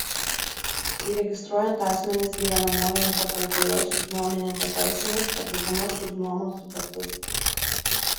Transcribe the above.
įregistruojant asmenis gyvenamojoje patalpoje subnuomininko teisėmis pateikiama subnuomos sutartis